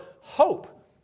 hope